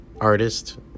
artist